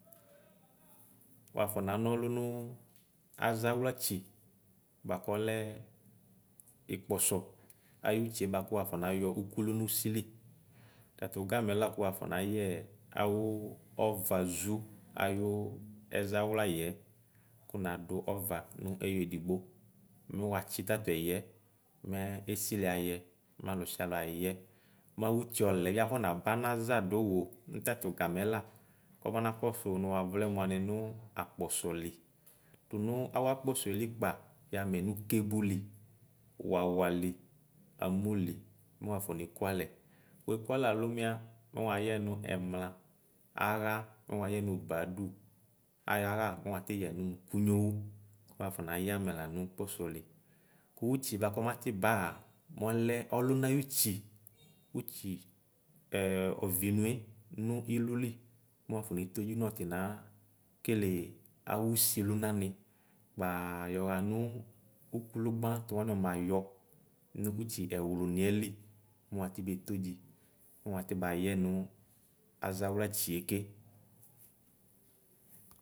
Wabna na ɔlʋ wʋ azawlatsi bʋaku ɔlɛ ikpɔsɔ ayʋtsie bʋakʋ wafɔuayɔ ʋkʋtʋ nʋ ʋsili tatʋ gamɛ lakʋ waʃɔnayɛ awʋ ɔvazʋ ayʋ ɛzawlayiɛ kʋnadʋ ɔva nʋ ɛyiedigbo mʋ watsi tatɛyiɛ mɛ esili ayɛ malʋ sialʋ ayɛ mawʋti ɔlɛbi abanaza dʋwʋ nʋ tatʋ gamɛ la kɔba na kɔsʋ wʋ nʋ wavlɛ mʋani wʋ akpɔsɔli tʋnʋ awʋ akpɔsɔsɛ li kpa yamɛ nʋ kebole wawali amʋl mʋ waƒɔ nekʋ alɛ wʋkʋ alɛ alʋma mɛ wayɛ nʋ ɛmla aha mʋ wayɛ nʋ nadʋ ayaha mʋ watiyɛ nʋ kʋnyowʋ waƒɔ nayɛ amɛ la mʋ kpɔsɔli kʋ itsie bvakʋ ɔmati baa mɔlɛ dʋna ayʋtsi ɔviwe nʋ iloli nowoƒɔne todzi nɔtsi nakele awʋsi lunani kpa yɔxa nʋ okʋlʋ gbɔatɔ wani ɔmayɔ nʋ ʋtsi ɛwlʋniɛ li mʋ watibe todzi mʋ wati bayɛ nʋ azawla.